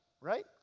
right